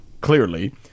clearly